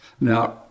Now